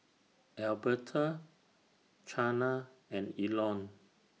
Alberta Chana and Elon